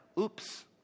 oops